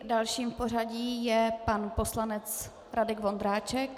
Dalším v pořadí je pan poslanec Radek Vondráček.